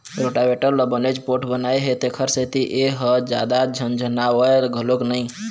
rotavator ल बनेच पोठ बनाए हे तेखर सेती ए ह जादा झनझनावय घलोक नई